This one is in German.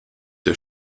der